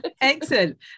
excellent